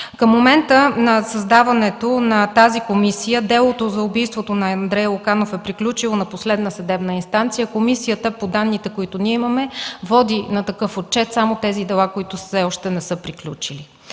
Към момента на създаването на тази комисия делото за убийството на Андрей Луканов е приключило на последна съдебна инстанция. Комисията, по данните, които ние имаме, води на такъв отчет само тези дела, които все още не са приключили.